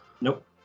Nope